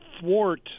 thwart